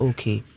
Okay